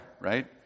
right